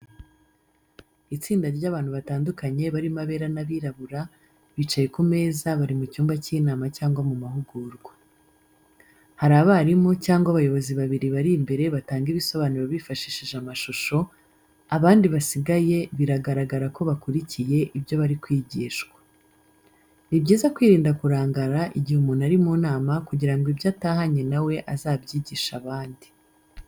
Itsinda ry’abantu batandukanye barimo abera n’abirabura, bicaye ku meza bari mu cyumba cy’inama cyangwa mu mahugurwa. Hari abarimu cyangwa abayobozi babiri bari imbere batanga ibisobanuro bifashishije amashusho, abandi basigaye biragaragara ko bakurikiye ibyo bari kwigishwa. Ni byiza kwirinda kurangara igihe umuntu ari mu nama kugirango ibyo atahanye nawe azabyigishe abandi.